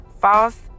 False